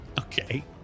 Okay